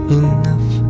enough